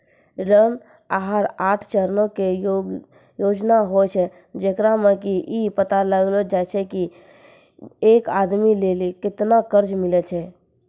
ऋण आहार आठ चरणो के योजना होय छै, जेकरा मे कि इ पता लगैलो जाय छै की एक आदमी लेली केतना कर्जा मिलै छै